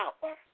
power